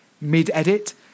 mid-edit